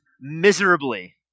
miserably